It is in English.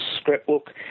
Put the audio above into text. scrapbook